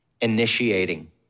initiating